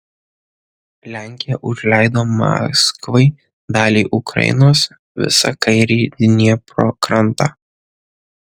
lenkija užleido maskvai dalį ukrainos visą kairįjį dniepro krantą